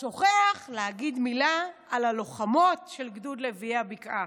שוכח להגיד מילה על הלוחמות של גדוד לביאי הבקעה.